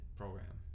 program